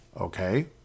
Okay